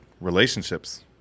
relationships